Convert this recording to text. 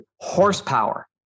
Horsepower